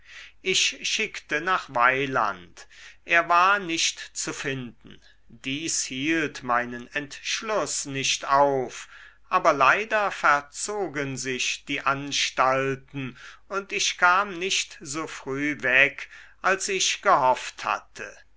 ich schickte nach weyland er war nicht zu finden dies hielt meinen entschluß nicht auf aber leider verzogen sich die anstalten und ich kam nicht so früh weg als ich gehofft hatte